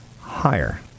higher